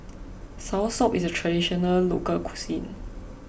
Soursop is a Traditional Local Cuisine